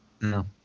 No